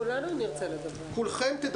יש